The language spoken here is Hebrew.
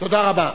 תודה רבה.